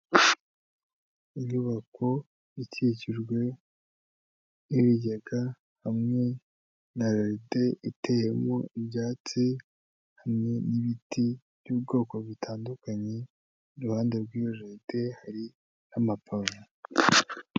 Inyubako ikikijwe n'ibigega hamwe na jaride iteyemo ibyatsi, hamwe n'ibiti by'ubwoko butandukanye, iruhande rw'iyo jaride hari n'amapave.